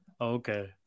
Okay